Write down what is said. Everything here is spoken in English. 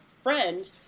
friend